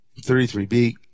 33B